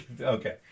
Okay